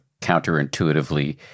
counterintuitively